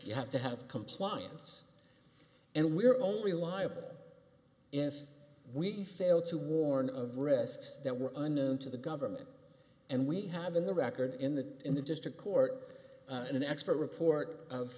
you have to have compliance and we are only liable if we fail to warn of risks that were unknown to the government and we have in the record in the in the district court in an expert report of